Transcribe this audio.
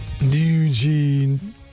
Eugene